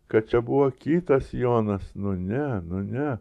kad čia buvo kitas sijonas nu ne nu ne